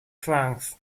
franks